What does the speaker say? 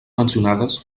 mencionades